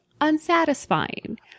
unsatisfying